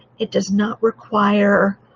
it does not require